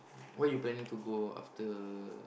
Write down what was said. where you planning to go after